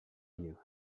you